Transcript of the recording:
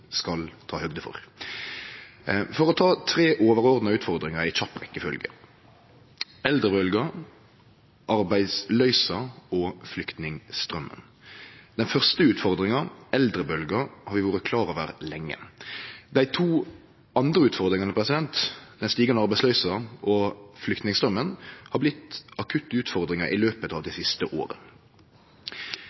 skal ta høgde for. For å ta tre overordna utfordringar i kjapp rekkjefølgje – eldrebølgja, arbeidsløysa og flyktningstraumen: Den første utfordringa, eldrebølgja, har vi vore klar over lenge. Dei to andre utfordringane – den stigande arbeidsløysa og flyktningstraumen – har vorte akutte utfordringar i løpet av det siste